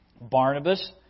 Barnabas